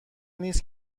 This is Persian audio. نیست